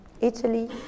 Italy